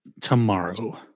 tomorrow